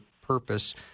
purpose